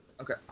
Okay